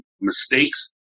mistakes